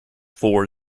for